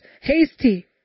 hasty